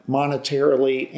monetarily